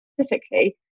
specifically